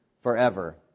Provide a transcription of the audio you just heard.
forever